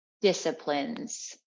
disciplines